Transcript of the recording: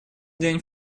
день